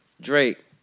Drake